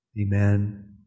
Amen